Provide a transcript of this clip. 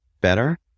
better